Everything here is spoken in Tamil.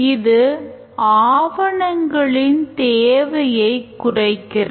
இது ஆவணங்களின் தேவையைக் குறைக்கிறது